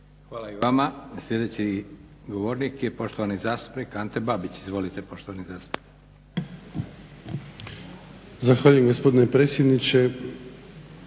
Hvala i vama. Sljedeći govornik je poštovani zastupnik Ante Babić. Izvolite poštovani zastupniče.